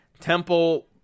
Temple